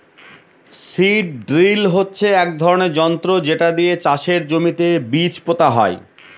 seed drill হচ্ছে এক ধরনের যন্ত্র যেটা দিয়ে চাষের জমিতে বীজ পোতা হয়